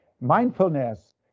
mindfulness